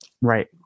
Right